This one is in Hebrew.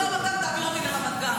אני מבקש לאפשר לדובר הבא להתחיל את דבריו.